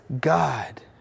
God